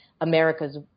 America's